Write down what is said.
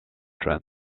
trends